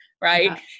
right